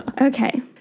Okay